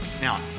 Now